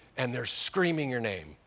and they're screaming your name,